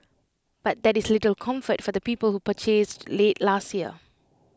but that is little comfort for the people who purchased late last year